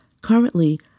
Currently